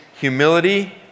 humility